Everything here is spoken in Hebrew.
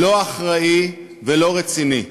לא אחראי ולא רציני.